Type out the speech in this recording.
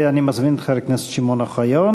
אני מזמין את חבר הכנסת שמעון אוחיון,